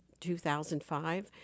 2005